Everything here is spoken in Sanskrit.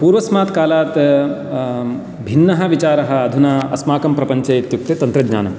पूर्वस्मात् कालात् भिन्नः विचारः अधुना अस्माकं प्रपञ्चे इत्युक्ते तन्त्रज्ञानं